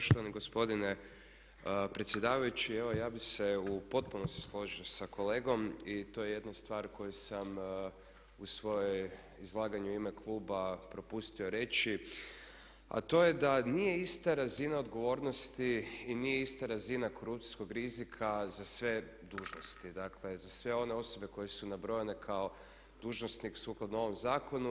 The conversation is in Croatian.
Poštovani gospodine predsjedavajući, evo ja bi se u potpunosti složio sa kolegom i to je jedna stvar koju sam u svojem izlaganju u ime kluba propustio reći a to je da nije ista razina odgovornosti i nije ista razina korupcijskog rizika za sve dužnosti, dakle za sve one osobe koje su nabrojene kao dužnosnik sukladno ovom zakonu.